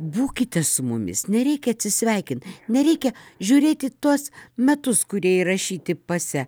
būkite su mumis nereikia atsisveikint nereikia žiūrėt į tuos metus kurie įrašyti pase